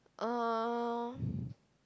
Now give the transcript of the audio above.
uh